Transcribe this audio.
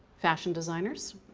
fashion designers.